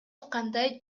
кандай